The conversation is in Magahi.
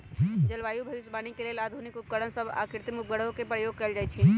जलवायु भविष्यवाणी के लेल आधुनिक उपकरण सभ आऽ कृत्रिम उपग्रहों के प्रयोग कएल जाइ छइ